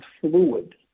fluid